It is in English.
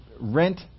rent